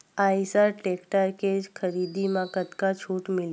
Eicher tractor के खरीदी म कतका छूट मिलही?